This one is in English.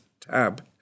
tab